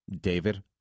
David